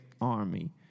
army